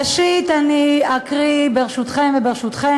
ואז נשמע את ההתנגדות של חברת הכנסת גלאון.